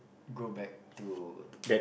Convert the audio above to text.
go back to